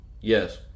Yes